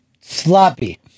Sloppy